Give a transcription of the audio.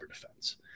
defense